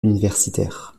universitaire